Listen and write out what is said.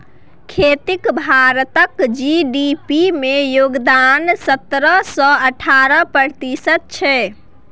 खेतीक भारतक जी.डी.पी मे योगदान सतरह सँ अठारह प्रतिशत छै